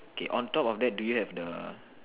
okay on top of that do you have the